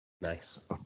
Nice